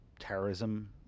terrorism